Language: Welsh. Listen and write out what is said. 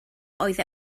oedd